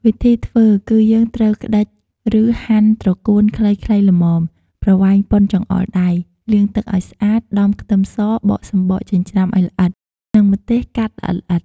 វិធីធ្វើ គឺយើងត្រូវក្ដិច ឬហាន់ត្រកួនខ្លីៗល្មម ប្រវែងប៉ុនចង្អុលដៃ លាងទឹកឲ្យស្អាត ដំខ្ទឹមស បកសំបកចិញ្ច្រាំឲ្យល្អិត និងម្ទេសកាត់ល្អិតៗ។